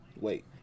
Wait